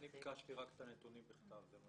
אני ביקשתי רק את הנתונים בכתב.